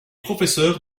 professeur